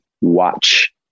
watch